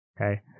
Okay